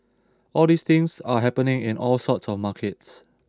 all these things are happening in all sorts of markets